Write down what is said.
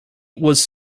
was